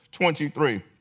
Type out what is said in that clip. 23